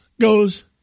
goes